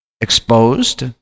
exposed